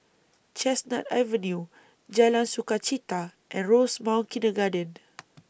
Chestnut Avenue Jalan Sukachita and Rosemount Kindergarten